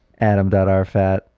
adam.rfat